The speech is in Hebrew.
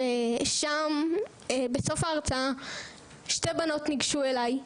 ושם, בסוף ההרצאה שתי בנות ניגשו אליי,